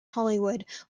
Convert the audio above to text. hollywood